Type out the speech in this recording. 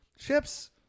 Ships